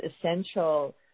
essential